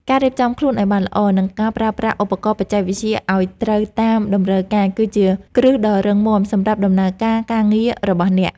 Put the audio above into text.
ការរៀបចំខ្លួនឱ្យបានល្អ និងការប្រើប្រាស់ឧបករណ៍បច្ចេកវិទ្យាឱ្យត្រូវតាមតម្រូវការគឺជាគ្រឹះដ៏រឹងមាំសម្រាប់ដំណើរការការងាររបស់អ្នក។